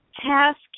task